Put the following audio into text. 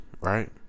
right